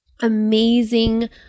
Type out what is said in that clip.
amazing